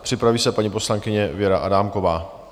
Připraví se paní poslankyně Věra Adámková.